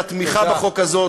על התמיכה בחוק הזה.